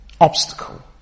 obstacle